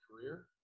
career